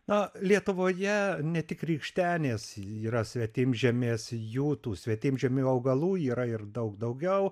na lietuvoje ne tik rykštenės yra svetimžemės jų tų svetimžemių augalų yra ir daug daugiau